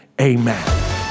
amen